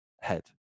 head